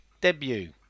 debut